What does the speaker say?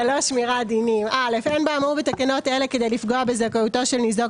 שמירת דינים אין באמור בתקנות אלה כדי לפגוע בזכאותו של ניזוק